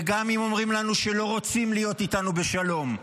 וגם אם אומרים לנו שלא רוצים להיות איתנו בשלום,